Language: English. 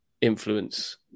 influence